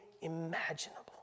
imaginable